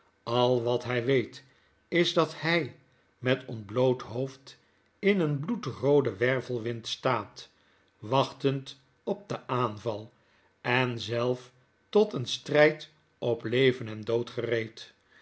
al wat hij weet is dat hg met ontbloot hoofd in een bloedrooden wervelwind staat wachtend op den aanval en zelf tot een strijd op leven en dood